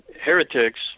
heretics